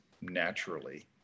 naturally